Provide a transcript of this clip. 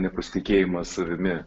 nepasitikėjimas savimi